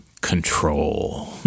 control